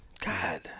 God